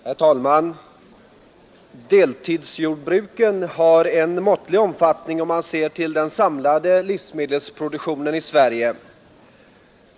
Herr talman! Deltidsjordbruken har en måttlig omfattning, om man ser till den samlade livsmedelsproduktionen i Sverige.